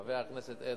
חבר הכנסת אדרי,